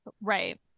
right